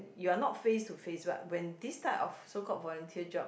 you're not face to face what when this type of so called volunteer job